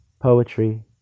Poetry